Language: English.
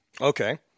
Okay